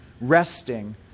Resting